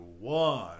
one